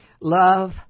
Love